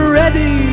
ready